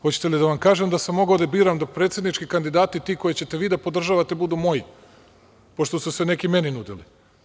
Hoćete li da vam kažem da sam mogao da biram da predsednički kandidati, ti koje ćete vi da podržavate, budu moji, pošto su se neki meni nudili?